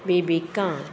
bebinca